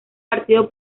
partido